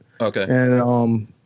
Okay